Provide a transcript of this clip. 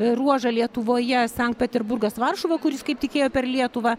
ruožą lietuvoje sankt peterburgas varšuva kuris kaip tikėjo per lietuvą